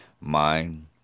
mind